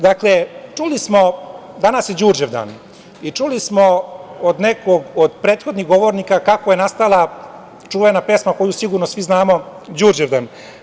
Danas je Đurđevdan i čuli smo od nekih prethodnih govornika kako je nastala čuvena pesma koju sigurno svi znamo – Đurđevdan.